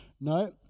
No